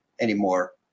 anymore